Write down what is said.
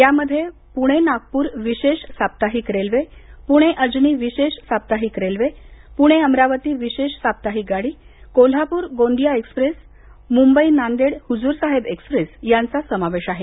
यामध्ये पुणे नागपूर विशेष साप्ताहिक रेल्वे पुणे अजनी विशेष साप्ताहिक रल्वे पुणे अमरावती विशेष साप्ताहिक गाड़ी कोल्हापुर गोंदिया एक्स्प्रेस मुंबई नांदेड हुजूर साहेब एक्स्प्रेस यांचा समावेश आहे